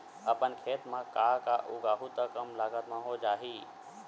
अपन खेत म का का उगांहु त कम लागत म हो जाही?